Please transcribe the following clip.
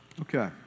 Okay